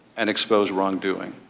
and expose wrongdoing?